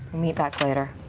meet back later.